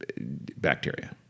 bacteria